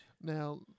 Now